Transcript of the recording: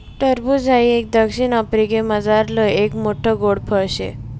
टरबूज हाई एक दक्षिण आफ्रिकामझारलं एक मोठ्ठ गोड फळ शे